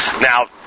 Now